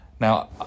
Now